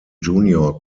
junior